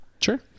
sure